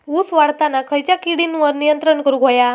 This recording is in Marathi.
ऊस वाढताना खयच्या किडींवर नियंत्रण करुक व्हया?